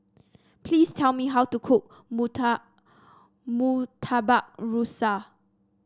please tell me how to cook murta Murtabak Rusa